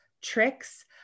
tricks